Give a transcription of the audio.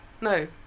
No